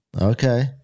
Okay